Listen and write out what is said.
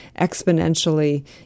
exponentially